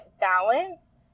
balance